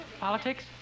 Politics